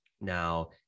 Now